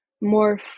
more